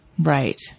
Right